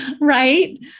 right